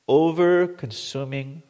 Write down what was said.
over-consuming